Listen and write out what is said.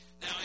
Now